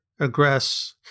aggress